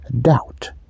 doubt